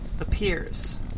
appears